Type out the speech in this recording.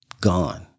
gone